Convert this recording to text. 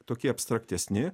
tokie abstraktesni